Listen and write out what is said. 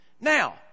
Now